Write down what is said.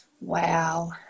Wow